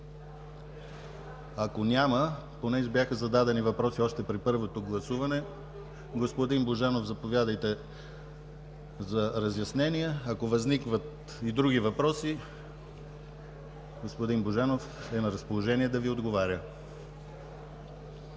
Ако няма, понеже бяха зададени въпроси още при първото гласуване, господин Божанов, заповядайте за разяснения. Ако възникнат и други въпроси, господин Божанов е на разположение да Ви отговаря.